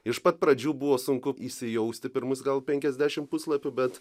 iš pat pradžių buvo sunku įsijausti pirmus gal penkiasdešim puslapių bet